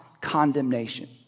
condemnation